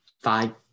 five